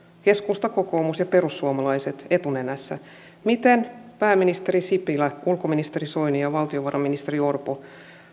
keskusta kokoomus ja perussuomalaiset etunenässä miten pääministeri sipilä ulkoministeri soini ja valtiovarainministeri orpo